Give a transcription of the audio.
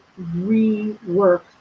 rework